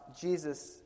Jesus